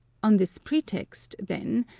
on this pretext, then,